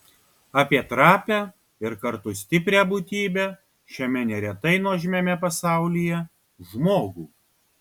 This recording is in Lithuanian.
apie trapią ir kartu stiprią būtybę šiame neretai nuožmiame pasaulyje žmogų